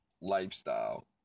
lifestyle